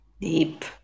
deep